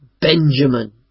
Benjamin